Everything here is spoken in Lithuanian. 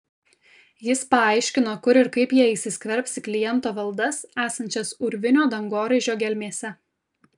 jis paaiškino kur ir kaip jie įsiskverbs į kliento valdas esančias urvinio dangoraižio gelmėse